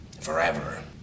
Forever